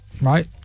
right